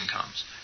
comes